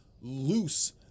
loose